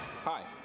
Hi